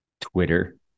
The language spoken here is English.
Twitter